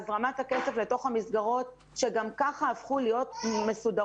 הזרמת הכסף לתוך המסגרות שגם כך הפכו להיות מסודרות